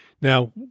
Now